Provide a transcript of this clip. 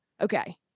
Okay